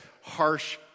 harsh